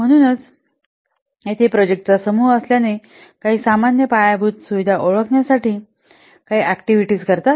म्हणूनच येथे प्रोजेक्टांचा समूह असल्याने काही सामान्य पायाभूत सुविधा ओळखण्यासाठी काही ऍक्टिव्हिटीज करतात